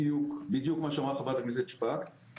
בדיוק מה שאמרה חברת הכנסת שפק.